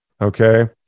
okay